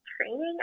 training